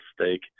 stake